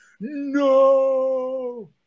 no